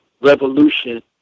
revolution